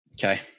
Okay